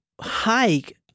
hike